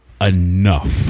Enough